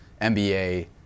NBA